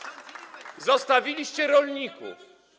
Zostawiliście rolników.